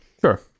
Sure